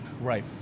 Right